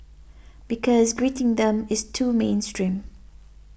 because greeting them is too mainstream